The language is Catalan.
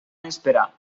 esperar